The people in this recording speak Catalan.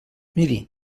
miri